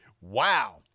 Wow